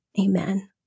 Amen